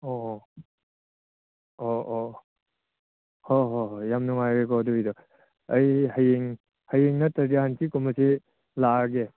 ꯑꯣ ꯑꯣ ꯑꯣ ꯑꯣ ꯍꯣꯏ ꯍꯣꯏ ꯌꯥꯝ ꯅꯨꯡꯉꯥꯏꯔꯦꯀꯣ ꯑꯗꯨꯒꯤꯗꯣ ꯑꯩ ꯍꯌꯦꯡ ꯍꯌꯦꯡ ꯅꯠꯇ꯭ꯔꯗꯤ ꯍꯪꯆꯤꯠ ꯀꯨꯝꯕꯁꯤ ꯂꯥꯛꯑꯒꯦ